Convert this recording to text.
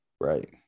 Right